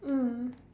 mm